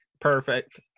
perfect